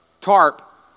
tarp